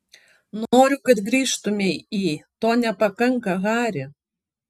noriu kad grįžtumei į to nepakanka hari